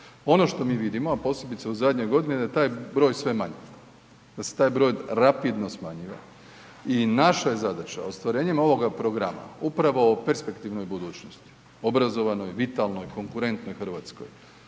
Ono što mi vidimo a posebice u zadnje godine, da je taj broj sve manji, da se taj broj rapidno smanjiva i naša je zadaća ostvarenjem ovoga programa, upravo o perspektivnoj budućnosti, obrazovanoj, vitalnoj, konkurentnoj Hrvatskoj.